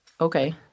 Okay